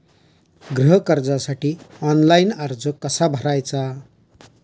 गृह कर्जासाठी ऑनलाइन अर्ज कसा भरायचा?